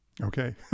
Okay